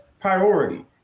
priority